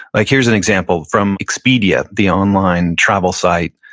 like here's an example from expedia, the online travel site.